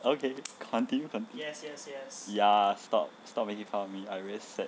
okay continue continue ya stop stop making fun of me I very sad